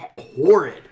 horrid